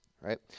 right